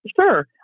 Sure